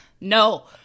No